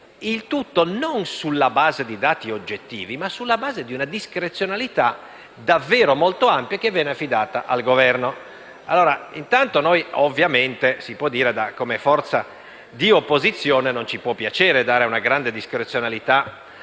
il tutto, non sulla base di dati oggettivi, ma sulla base di una discrezionalità davvero molto ampia affidata al Governo. Intanto, a noi, ovviamente, come forza di opposizione, non può piacere dare una grande discrezionalità